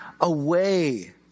away